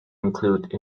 include